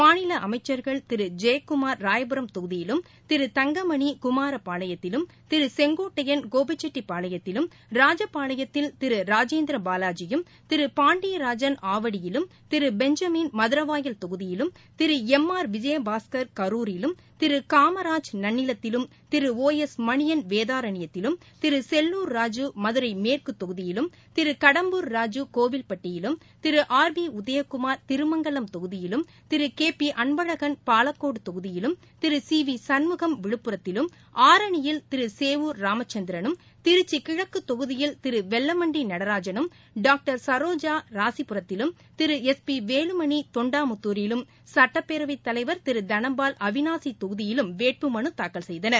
மாநிலஅமைச்சர்கள் திருஜெயக்குமார் ராயபுரம் தொகுதியிலும் திரு தங்கமணி குமாரபாளையத்திலும் திருசெங்கோட்டையன் கோபிச்செட்டிபாளையத்திலும் ராஜபாளையத்தில் திருராஜேந்திரபாவாஜியும் திருபாண்டியராஜன் ஆவடியிலும் திருபெஞ்சமின் மதரவாயல் தொகுதியிலும் திருளம் ஆர் விஜயபாஸ்கர் கருரிலும் வேதாரண்யத்திலும்திருசெல்லூர் ராஜூ மதுரைமேற்குதொகுதியிலும்திருகடம்பூர் ராஜு கோவில்டட்டியிலும் திருஆர் பிஉதயகுமா் திருமங்கலம் தொகுதியிலும் திருகேபிஅன்பழகள் பாலக்கோடுதொகுதியிலும் திருசிவிசண்முகம் விழுப்புரத்திலும் ஆரணியில் திருசேவூர் ராமச்சந்திரனும் திருச்சிகிழக்குதொகுதியில் திருவெல்லமண்டிநடராஜனும் டாக்டர் சரோஜா ராசிபுரத்திலும் திரு எஸ் பிவேலுமணி தொண்டாமுத்தூரிலும் சுட்டப்பேரவைத் தலைவர் திருதனபால் அவிநாசிதொகுதியிலும் வேட்பு மலுதாக்கல் செய்தனர்